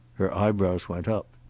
her eyebrows went up.